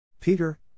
Peter